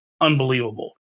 unbelievable